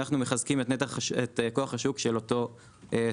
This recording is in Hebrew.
ואנחנו מחזקים את כוח השוק של אותו ספק.